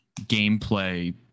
gameplay